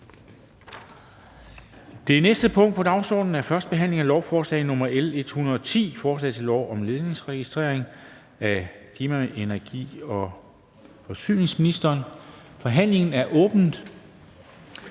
Det næste punkt på dagsordenen er: 9) 1. behandling af lovforslag nr. L 110: Forslag til lov om Ledningsejerregistret. Af klima-, energi- og forsyningsministeren (Dan Jørgensen).